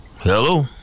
hello